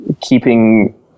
keeping